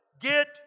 Get